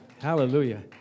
Hallelujah